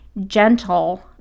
gentle